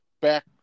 back